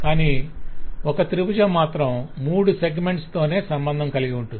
కానీ ఒక త్రిభుజం మాత్రం మూడు సెగమెంట్స్ తోనే సంబంధం కలిగి ఉంటుంది